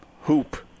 Hoop